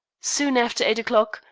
soon after eight o'clock,